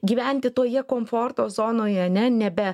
gyventi toje komforto zonoje ne nebe